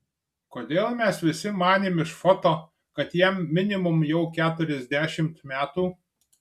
kodėl mes visi manėm iš foto kad jam minimum jau keturiasdešimt metų